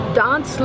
dance